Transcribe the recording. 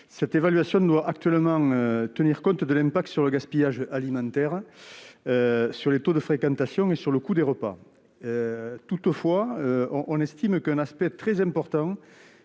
Cette évaluation doit tenir compte de l'impact sur le gaspillage alimentaire, sur les taux de fréquentation et sur le coût des repas. Toutefois, nous estimons qu'un aspect très important